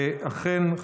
ואכן,